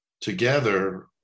together